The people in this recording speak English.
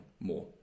more